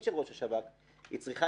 וצריכים